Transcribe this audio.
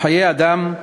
חיי אדם.